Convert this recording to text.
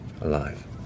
alive